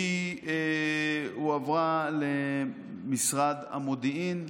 הועברה למשרד המודיעין.